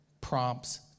prompts